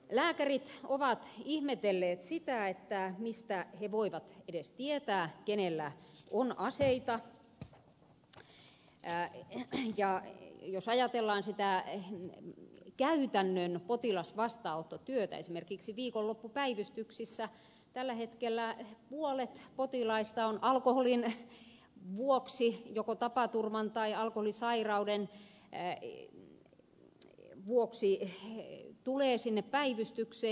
lääkärit ovat ihmetelleet sitä mistä he voivat edes tietää kenellä on aseita ja jos ajatellaan sitä käytännön potilasvastaanottotyötä niin esimerkiksi viikonloppupäivystyksissä tällä hetkellä puolet potilaista tulee alkoholin vuoksi joko tapaturman tai alkoholisairauden vuoksi sinne päivystykseen